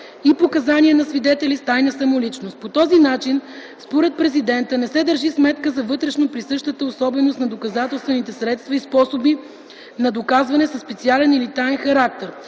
и показания на свидетели с тайна самоличност. По този начин, според президента, не се държи сметка за вътрешно присъщата особеност на доказателствените средства и способи на доказване със специален или таен характер,